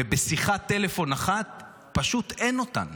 ובשיחת טלפון אחת פשוט אין אותן.